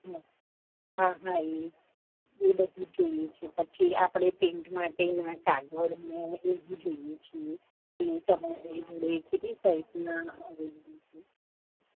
હ હા હા એ એ બધુંજ જોઈએ છે પછી આપળે પેન્ટ માટેના કાગળ બી એબી જોઈએ છે એ તમારે કેટલી સાઇજના અવેલેબલ છે